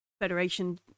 Federation